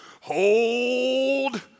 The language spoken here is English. Hold